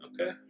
okay